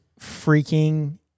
freaking